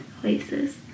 places